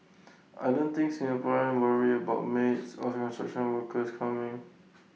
I don't think Singaporean worry about maids or construction workers coming